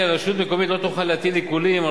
כי רשות מקומית לא תוכל להטיל עיקולים על